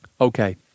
Okay